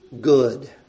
good